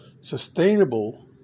Sustainable